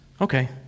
Okay